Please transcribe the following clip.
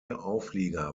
auflieger